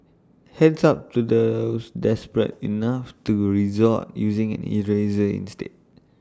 hands up to those desperate enough to resort using an eraser instead